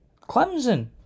Clemson